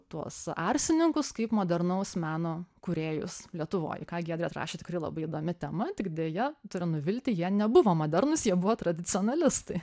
tuos arsininkus kaip modernaus meno kūrėjus lietuvoj į ką giedrė atrašė tikrai labai įdomi tema tik deja turiu nuvilti jie nebuvo modernūs jie buvo tradicionalistai